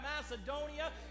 Macedonia